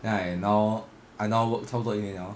then I now I now work 差不多一年 liao lor